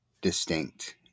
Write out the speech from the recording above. distinct